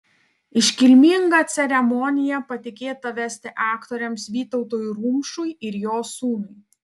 iškilmingą ceremoniją patikėta vesti aktoriams vytautui rumšui ir jo sūnui